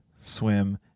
swim